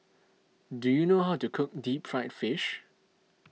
do you know how to cook Deep Fried Fish